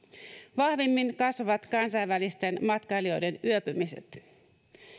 vahvimmin kasvavat kansainvälisten matkailijoiden yöpymiset